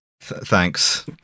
thanks